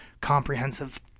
comprehensive